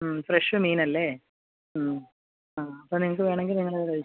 ഉം ഫ്രഷ് മീൻ അല്ലേ ഉം ആ അപ്പം നിങ്ങൾക്ക് വേണമെങ്കിൽ നിങ്ങൾ കഴിച്ചോ